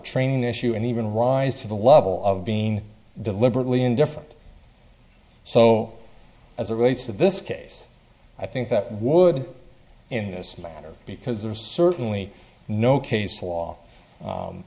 training issue and even rise to the level of being deliberately indifferent so as it relates to this case i think that would in this matter because there's certainly no case